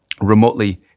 remotely